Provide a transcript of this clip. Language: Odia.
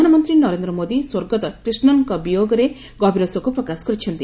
ପ୍ରଧାନମନ୍ତ୍ରୀ ନରେନ୍ଦ୍ର ମୋଦି ସ୍ୱର୍ଗତ କ୍ରିଷ୍ଣନ୍ଙ୍କ ବିୟୋଗରେ ଗଭୀର ଶୋକ ପ୍ରକାଶ କରିଛନ୍ତି